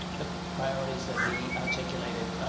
the priorities that he articulated.